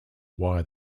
why